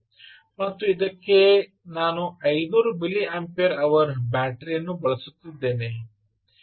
ಮತ್ತು ಇದಕ್ಕೆ ನಾನು 500 ಮಿಲಿಯಂಪೇರ್ ಅವರ್ ಬ್ಯಾಟರಿ ಯನ್ನು ಬಳಸುತ್ತಿದ್ದೇನೆ